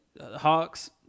Hawks